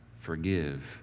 forgive